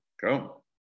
Go